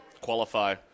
qualify